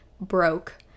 broke